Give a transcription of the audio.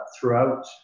throughout